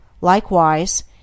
Likewise